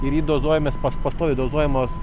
ir jį dozuojamės pas pastoviai dozuojamos